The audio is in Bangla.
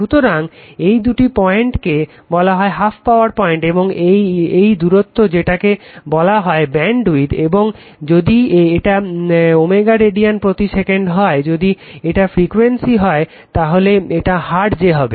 সুতরাং এই দুটি পয়েন্ট কে বলা হয় হ্যাফ পাওয়ার পয়েন্ট এবং এই দূরত্ব যেটাকে বলা হয় ব্যাণ্ডউইড এবং যদি এটা ω রেডিয়ান প্রতি সেকেন্ড হয় যদি এটা ফ্রিকুয়েন্সি হয় তাহলে এটা হার্জে হবে